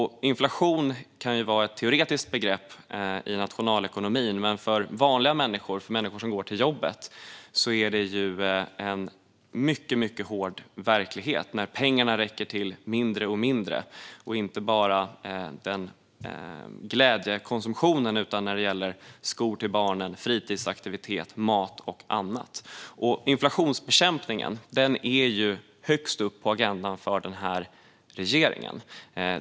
Inflation kan vara ett teoretiskt begrepp i nationalekonomin. Men för vanliga människor, människor som går till jobbet, är det en mycket hård verklighet när pengarna räcker till mindre och mindre. Det gäller inte bara glädjekonsumtionen utan också skor till barnen, fritidsaktiviteter, mat och annat. Inflationsbekämpningen är högst upp på agendan för denna regering.